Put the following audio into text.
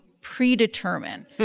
predetermine